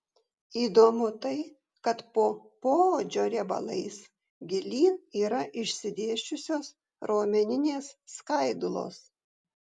įdomu tai kad po poodžio riebalais gilyn yra išsidėsčiusios raumeninės skaidulos